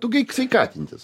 tu gi eik sveikatintis